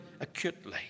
acutely